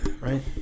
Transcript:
Right